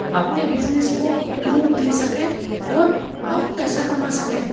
अपने बिजनेस को एक रूप दे सकें और आप पैसा कमा सकें